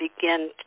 begin